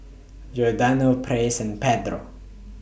Giordano Praise and Pedro